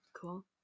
cool